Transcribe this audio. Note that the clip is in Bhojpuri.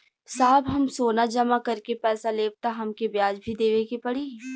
साहब हम सोना जमा करके पैसा लेब त हमके ब्याज भी देवे के पड़ी?